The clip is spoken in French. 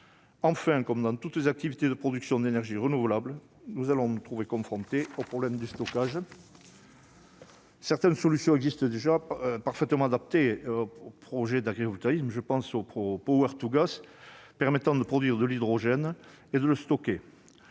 Enfin, comme avec toutes les activités de production d'énergies renouvelables, nous allons nous trouver confrontés au problème du stockage. Certaines solutions existantes paraissent parfaitement adaptées aux projets d'agrivoltaïsme. Je pense notamment au, qui permet de produire de l'hydrogène et de le stocker.